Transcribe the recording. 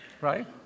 Right